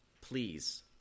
please